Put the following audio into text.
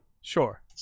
sure